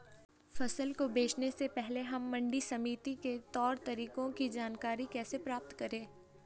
फसल को बेचने से पहले हम मंडी समिति के तौर तरीकों की जानकारी कैसे प्राप्त करें?